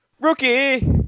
Rookie